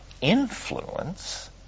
influence